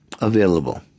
available